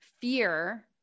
fear